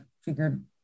figured